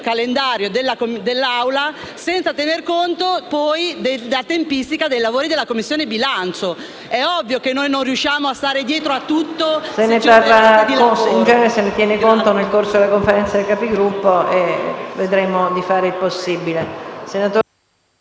calendario dell'Assemblea senza tener conto della tempistica dei lavori della Commissione bilancio. È ovvio che non riusciamo a stare dietro a tutto.